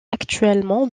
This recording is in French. actuellement